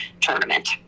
tournament